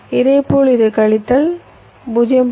இதேபோல் இது கழித்தல் 0